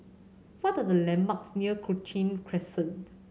what are the landmarks near Cochrane Crescent